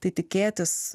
tai tikėtis